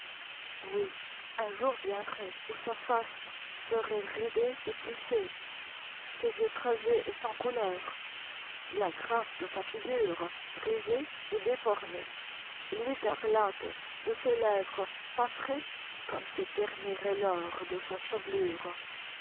oui un jour viendrait où sa face serait ridée et plissée ses yeux creusés et sans couleur la grâce de sa figure brisée et déformée l'écarlate de ses lèvres passerait comme se ternirait l'or de sa chevelure